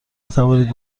بتوانید